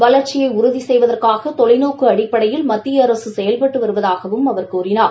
வளா்ச்சியை உறுதி செய்வதற்காக தொலைநோக்கு அடிப்படையில் மத்திய அரசு செயல்பட்டு வருவதாகவும் அவர் கூறினார்